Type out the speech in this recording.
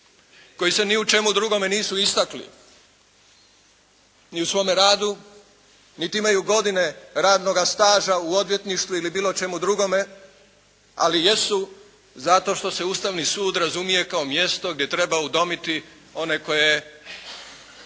Koji se ni u čemu drugomu nisu istakli. Ni u svome radu niti imaju godine radnoga staža u odvjetništvu ili bilo čemu drugome, ali jesu zato što se Ustavni sud razumije kao mjesto gdje treba udomiti one koje